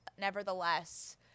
nevertheless